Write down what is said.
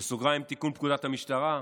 תיקון פקודת המשטרה,